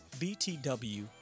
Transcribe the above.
BTW